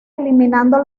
eliminando